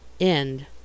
End